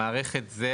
המערכת היא